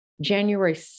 January